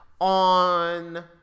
on